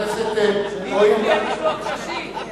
לשלוח נשים.